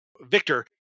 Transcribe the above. victor